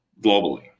globally